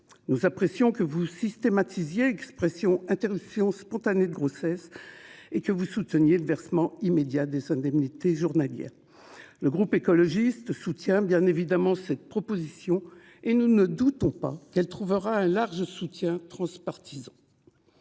Nous apprécions que vous systématisiez l'expression « interruption spontanée de grossesse » et que vous souteniez le versement immédiat des indemnités journalières. Le groupe Écologiste-Solidarité et Territoires soutient évidemment cette proposition de loi et ne doute pas qu'elle trouvera un large soutien transpartisan.